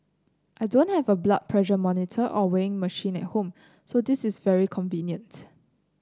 I don't have a blood pressure monitor or weighing machine at home so this is very convenient